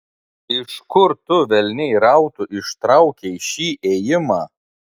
iš kur tu velniai rautų ištraukei šį ėjimą